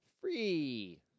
Free